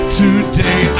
today